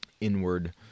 inward